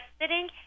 sitting